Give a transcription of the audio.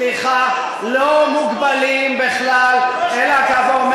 מה אתה מדבר?